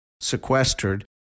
sequestered